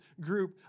group